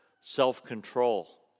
self-control